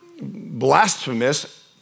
blasphemous